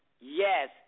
yes